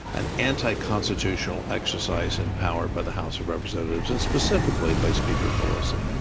an anti constitutional exercise empowered by the house of representatives and specifically by speaker pelosi.